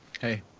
hey